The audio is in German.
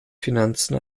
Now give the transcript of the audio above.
finanzen